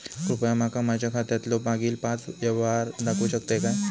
कृपया माका माझ्या खात्यातलो मागील पाच यव्हहार दाखवु शकतय काय?